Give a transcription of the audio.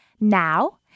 Now